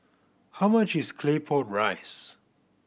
how much is Claypot Rice